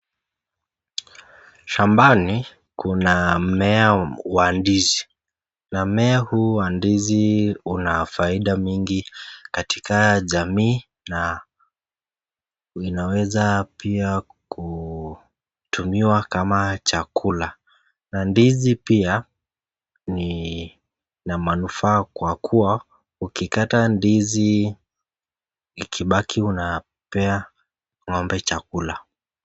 Shambani kuna mmea wa ndizi ,mmea huu wa ndizi una faida mingi katika jamii na inaweza pia kutumiwa kama chakula. Ndizi pia ina manufaa Kwa kuwa ukikata ndizi ikibaki unapea ngombe chakula .